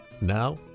Now